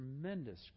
tremendous